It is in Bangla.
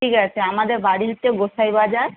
ঠিক আছে আমাদের বাড়ির তো গোসাই বাজার